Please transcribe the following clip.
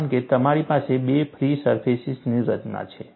કારણ કે તમારી પાસે બે ફ્રી સરફેસીસની રચના છે